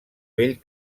vell